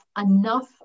enough